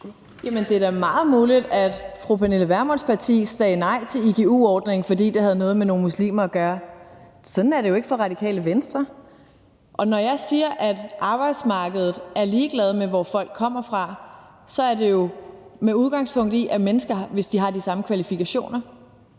det er da meget muligt, at fru Pernille Vermunds parti sagde nej til igu-ordningen, fordi det havde noget med nogle muslimer at gøre. Sådan er det jo ikke for Radikale Venstre. Og når jeg siger, at arbejdsmarkedet er ligeglad med, hvor folk kommer fra, så er det jo med udgangspunkt i, at de mennesker har de samme kvalifikationer.